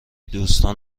دوستان